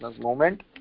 Movement